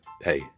hey